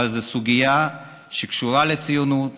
אבל זו סוגיה שקשורה לציונות,